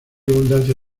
abundancia